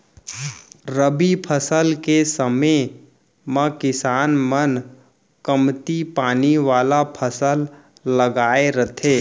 रबी फसल के समे म किसान मन कमती पानी वाला फसल लगाए रथें